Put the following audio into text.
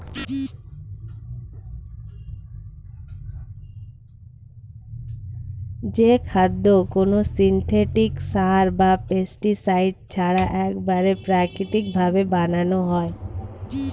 যে খাদ্য কোনো সিনথেটিক সার বা পেস্টিসাইড ছাড়া একবারে প্রাকৃতিক ভাবে বানানো হয়